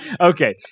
Okay